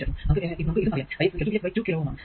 പിന്നെ നമുക്ക് ഇതും അറിയാം I x V x 2 kilo Ω kilo Ω ആണ്